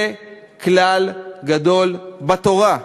"זה כלל גדול בתורה",